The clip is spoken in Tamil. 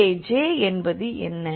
இங்கே J என்பது என்ன